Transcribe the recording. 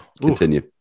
continue